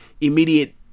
immediate